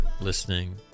listening